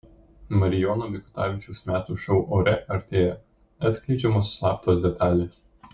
marijono mikutavičiaus metų šou ore artėja atskleidžiamos slaptos detalės